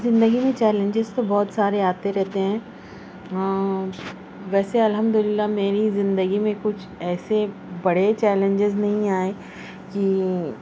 زندگی میں چیلنجیز تو بہت سارے آتے رہتے ہیں ہاں ویسے الحمداللہ میری زندگی میں کچھ ایسے بڑے چیلنجیز نہیں آئے کہ